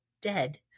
dead